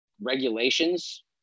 regulations